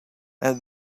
and